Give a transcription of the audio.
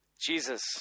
Jesus